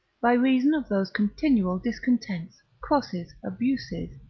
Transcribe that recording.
by reason of those continual discontents, crosses, abuses,